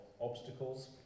obstacles